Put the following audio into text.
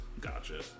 Gotcha